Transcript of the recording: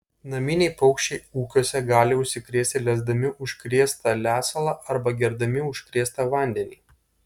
naminiai paukščiai ūkiuose gali užsikrėsti lesdami užkrėstą lesalą arba gerdami užkrėstą vandenį